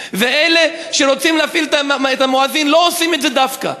ואלה שרוצים להפעיל את המואזין לא עושים את זה דווקא.